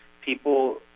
people